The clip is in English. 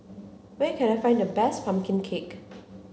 where can I find the best Pumpkin Cake